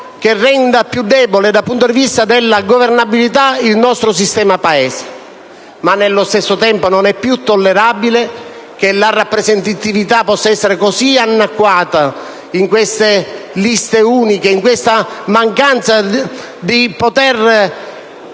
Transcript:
che renda più debole dal punto di vista della governabilità il nostro sistema Paese, ma nello stesso tempo non è più tollerabile che la rappresentatività possa essere così annacquata, in queste liste uniche e in questa impossibilità